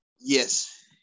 Yes